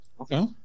Okay